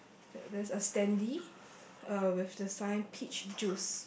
there there's a standee uh with the sign peach juice